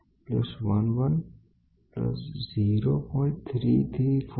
તો આપણે જે મેળવીશું તે 69 MPa ડીવાઇડેડ બાઈ 2 સ્ટ્રેનs are 0